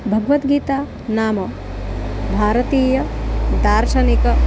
भग्वद्गीता नाम भारतीय दार्शनिकी